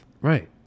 Right